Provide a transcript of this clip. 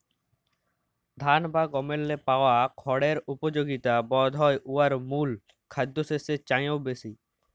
ধাল বা গমেল্লে পাওয়া খড়ের উপযগিতা বধহয় উয়ার মূল খাদ্যশস্যের চাঁয়েও বেশি